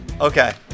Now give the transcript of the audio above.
Okay